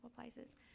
places